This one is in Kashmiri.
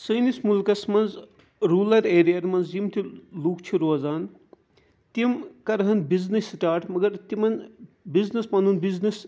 سٲنِس مُلکَس مَنٛز روٗرَل ایریاہَن مَنٛز یِم تہِ لُکھ چھِ روزان تِم کَرہَن بِزنِس سٹاٹ مَگر تِمَن بِزنِس پَنُن بِزنِس